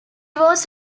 was